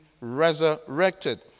resurrected